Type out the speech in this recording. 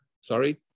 sorry